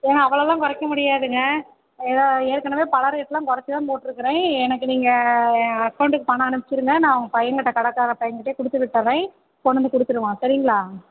ஏங்க அவ்வளோலாம் குறைக்க முடியாதுங்க ஏதா ஏற்கனவே பழம் ரேட்டெலாம் கொறச்சு தான் போட்டிருக்குறேன் எனக்கு நீங்கள் என் அக்கோண்டுக்கு பணம் அனுப்பிச்சுருங்க நான் பையன் கிட்ட கடைக்கார பையன் கிட்ட கொடுத்துவிட்டுடறேன் கொண்டு வந்து கொடுத்துருவான் சரிங்களா